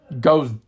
goes